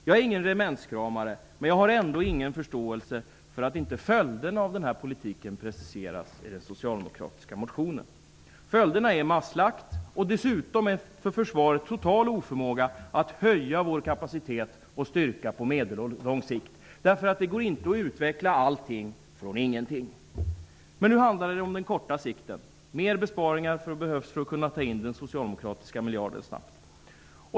Jag är ingen regementskramare, men jag har ändå ingen förståelse för att inte följderna av denna politik preciseras i den socialdemokratiska motionen. Följderna skulle bli masslakt och dessutom en för försvaret total oförmåga att höja vår kapacitet och styrka på medellång sikt. Det går inte att utveckla allting från ingenting. Men nu handlar det om den korta sikten. Mer besparingar behövs för att kunna ta in den socialdemokratiska miljarden snabbt.